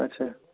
اَچھا